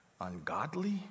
ungodly